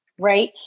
Right